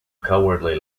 cowardly